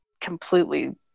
completely